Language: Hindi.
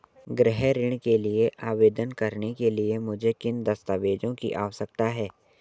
गृह ऋण के लिए आवेदन करने के लिए मुझे किन दस्तावेज़ों की आवश्यकता है?